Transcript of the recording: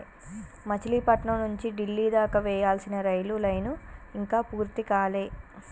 మచిలీపట్నం నుంచి డిల్లీ దాకా వేయాల్సిన రైలు లైను ఇంకా పూర్తి కాలే